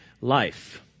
life